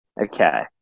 okay